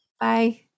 Bye